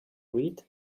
read